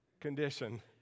condition